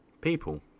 people